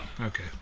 Okay